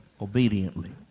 obediently